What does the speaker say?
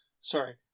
sorry